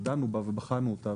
ודנו בה ובחנו אותה.